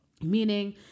Meaning